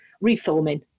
reforming